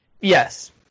yes